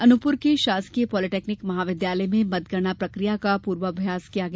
अनूपपुर के शासकीय पॉलिटेक्निक महाविद्यालय में मतगणना प्रक्रिया का पूर्वाभ्यास किया गया